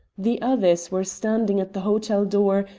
the others were standing at the hotel door,